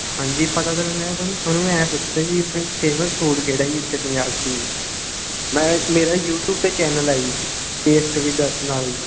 ਹਾਂਜੀ ਪਤਾ ਤਾਂ ਮੈਨੂੰ ਹੈ ਤੁ ਤੁਹਾਨੂੰ ਮੈਂ ਐਂ ਪੁੱਛਦਾ ਜੀ ਫੇ ਫੇਮਸ ਫੂਡ ਕਿਹੜਾ ਜੀ ਇੱਥੇ ਪੰਜਾਬ 'ਚ ਜੀ ਮੈਂ ਮੇਰਾ ਯੂਟਿਊਬ 'ਤੇ ਚੈਨਲ ਆ ਜੀ ਟੇਸਟ ਵਿਦ ਅੱਸ ਨਾਲ